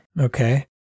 Okay